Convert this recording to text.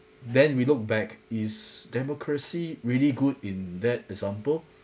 then we look back is democracy really good in that example